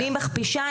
אני מכפישה?